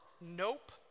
Nope